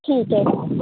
ਠੀਕ ਹੈ